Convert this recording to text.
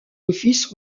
offices